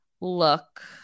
look